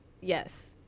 Yes